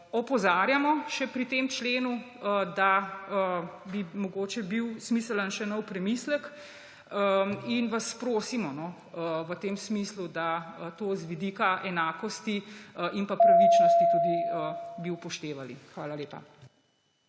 opozarjamo še pri tem členu, da bi mogoče bil smiseln še nov premislek in vas prosimo v tem smislu, da bi to z vidika enakosti in pravičnosti tudi upoštevali. Hala lepa.